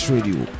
Radio